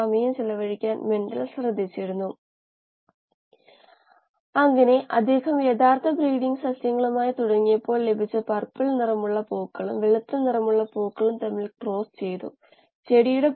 ആയതിനാൽ എയറേഷനും അജിറ്റേഷനുംaeration agitation വേഗത ഗ്രേഡിയന്റുകൾക്ക് കാരണമാകുന്നു ബയോറിയാക്ടറുകളിൽ ഷിയർ സ്ട്രെസ്സ്